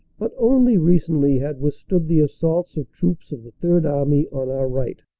but only recently had withstood the assaults of troops of the third army on our right.